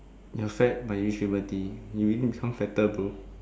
you are fat but you use remedy you even become fatter bro